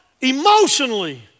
emotionally